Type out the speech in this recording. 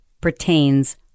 pertains